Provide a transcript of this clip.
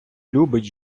любить